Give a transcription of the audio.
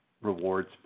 rewards